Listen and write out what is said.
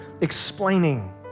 explaining